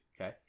Okay